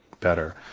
better